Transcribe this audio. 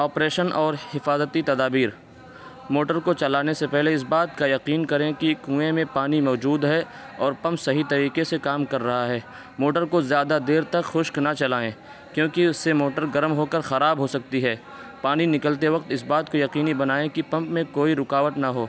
operation اور حفاظتی تدابیر موٹر کو چلانے سے پہلے اس بات کا یقین کریں کہ کنوئیں میں پانی موجود ہے اور پمپ صحیح طریقے سے کام کر رہا ہے موٹر کو زیادہ دیر تک خشک نہ چلائیں کیونکہ اس سے موٹر گرم ہو کر خراب ہو سکتی ہے پانی نکلتے وقت اس بات کو یقینی بنائیں کہ پمپ میں کوئی رکاوٹ نہ ہو